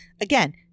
again